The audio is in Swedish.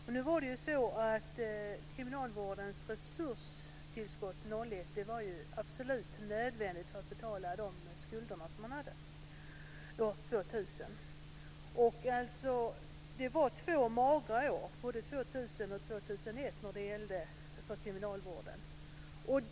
Kriminalvårdens resurstillskott år 2001 var absolut nödvändigt för att betala de skulder som man hade år 2000. Det var två magra år, både år 2000 och år 2001, för kriminalvården.